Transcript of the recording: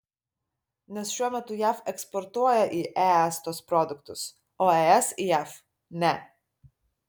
nes šiuo metu jav eksportuoja į es tuos produktus o es į jav ne